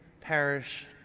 Parish